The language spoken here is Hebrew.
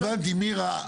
הבנתי, הבנתי מירה.